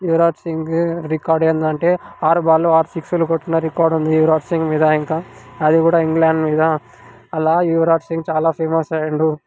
Yuvraj Singh record ఏంటంటే ఆరు బాళ్ళు ఆరు సిక్సులు కొట్టిన రికార్డు ఉంది యువరాజ్ సింగ్ మీద ఇంకా అది కూడా ఇంగ్లాండ్ మీద అలా యువరాజ్ సింగ్ చాలా ఫేమస్ అయ్యాడు